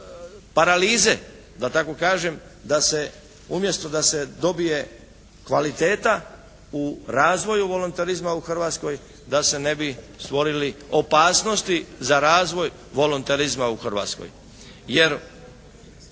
paralize da tako kažem da se umjesto da se dobije kvaliteta u razvoju volonterizma u Hrvatskoj da se ne bi stvorili opasnosti za razvoj volonterizma u Hrvatskoj.